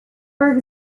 for